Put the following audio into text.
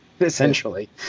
essentially